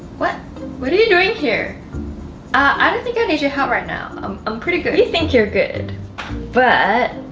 what what are you doing here i think i need your help right now i'm um pretty good you think you're good but